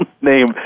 name